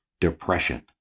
Depression